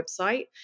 website